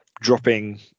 dropping